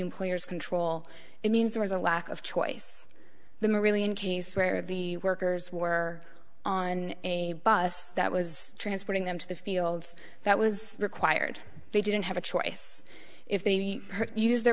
employer's control it means there is a lack of choice the more really in cases where the workers were on a bus that was transporting them to the fields that was required they didn't have a choice if they use their